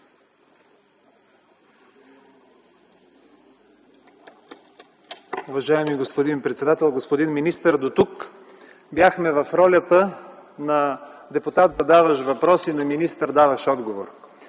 Уважаеми господин председател, господин министър! Дотук бяхме в ролята на депутат, задаващ въпрос, и на министър, даващ отговор.